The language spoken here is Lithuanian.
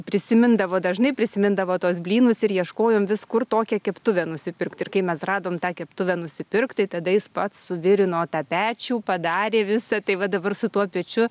prisimindavo dažnai prisimindavo tuos blynus ir ieškojom vis kur tokią keptuvę nusipirkt ir kai mes radom tą keptuvę nusipirkt tai tada jis pats suvirino tą pečių padarė visa tai va dabar su tuo pačiu